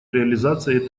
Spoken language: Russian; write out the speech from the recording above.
реализации